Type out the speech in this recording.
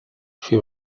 she